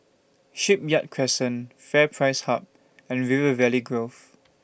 Shipyard Crescent FairPrice Hub and River Valley Grove